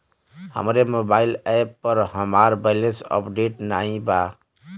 हमरे mobile app पर हमार बैलैंस अपडेट नाई बा